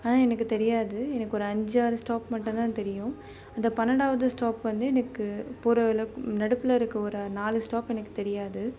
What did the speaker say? ஆனால் எனக்கு தெரியாது எனக்கு ஒரு அஞ்சு ஆறு ஸ்டாப் மட்டும் தான் தெரியும் அந்தப் பன்னெண்டாவது ஸ்டாப் வந்து எனக்கு போகிற அளவுக்கு நடுப்புல இருக்கற ஒரு நாலு ஸ்டாப் எனக்கு தெரியாது